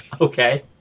Okay